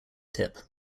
tip